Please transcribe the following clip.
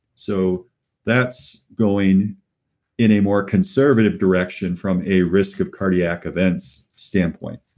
so that's going in a more conservative direction from a risk of cardiac events standpoint.